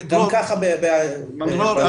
דרור,